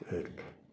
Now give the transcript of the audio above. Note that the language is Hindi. एक